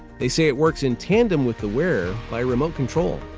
they say it works in tandem with the wearer by remote control,